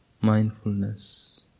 mindfulness